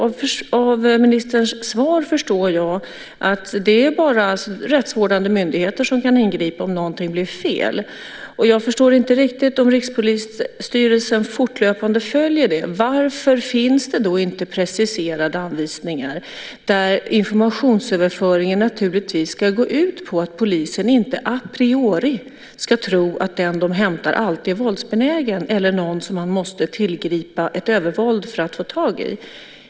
Av ministerns svar förstår jag att det bara är rättsvårdande myndigheter som kan ingripa om någonting blir fel. Jag förstår inte riktigt, om Rikspolisstyrelsen fortlöpande följer detta, varför det inte finns preciserade anvisningar där informationsöverföringen naturligtvis ska gå ut på att polisen inte a priori ska tro att den de ska hämta alltid är våldsbenägen eller någon som man måste tillgripa ett övervåld för att få tag i.